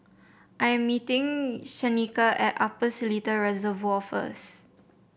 I am meeting Shanika at Upper Seletar Reservoir first